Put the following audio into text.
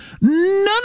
None